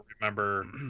remember